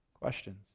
questions